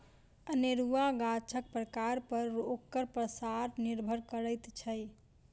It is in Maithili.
अनेरूआ गाछक प्रकार पर ओकर पसार निर्भर करैत छै